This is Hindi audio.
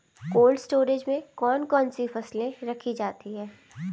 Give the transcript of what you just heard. कोल्ड स्टोरेज में कौन कौन सी फसलें रखी जाती हैं?